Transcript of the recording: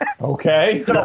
Okay